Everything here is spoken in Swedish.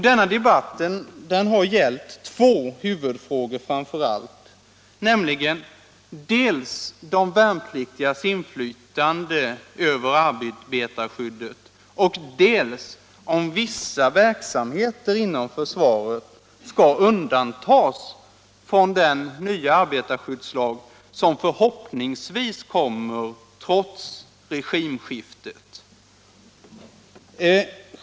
Denna debatt har framför allt gällt två huvudfrågor, nämligen dels de värnpliktigas inflytande i arbetarskyddet, dels om vissa verksamheter inom försvaret skall undantas från den nya arbetarskyddslag som förhoppningsvis kommer trots regimskiftet.